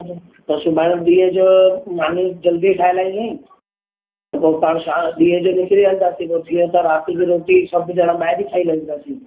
त सुभाणे ॾींहं जो मानी जल्दी ठाहे लाईंदी पोइ असां ॾींहं जो निकरी हलंदासीं पोइ थियूं त राति जी रोटी सभु ॼणा ॿाहिरि ई खाई हलंदासीं